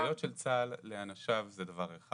ההנחיות של צה"ל לאנשיו זה דבר אחד.